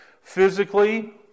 Physically